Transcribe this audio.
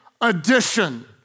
addition